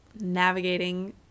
Navigating